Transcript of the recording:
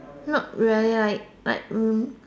not very like like room